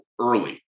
early